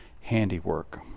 handiwork